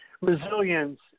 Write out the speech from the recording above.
Resilience